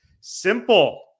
simple